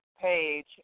page